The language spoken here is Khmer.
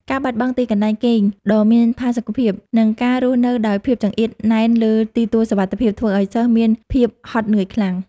ការបាត់បង់ទីកន្លែងគេងដ៏មានផាសុកភាព និងការរស់នៅដោយភាពចង្អៀតណែនលើទីទួលសុវត្ថិភាព ធ្វើឱ្យសិស្សមានភាពហត់នឿយខ្លាំង។